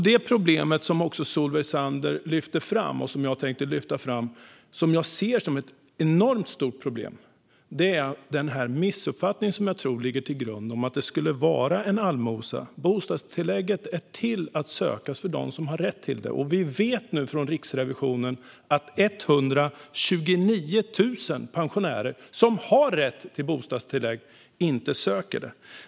Det problem som Solveig Zander lyfte fram och som jag tänker lyfta fram och som jag ser som ett enormt stort problem är den missuppfattning som jag tror ligger till grund: att det skulle vara en allmosa. Bostadstillägget är till för att sökas av dem som har rätt till det. Vi vet nu från Riksrevisionen att 129 000 pensionärer som har rätt till bostadstillägg inte söker det.